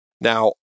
Now